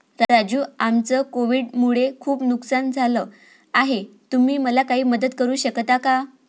राजू आमचं कोविड मुळे खूप नुकसान झालं आहे तुम्ही मला काही मदत करू शकता का?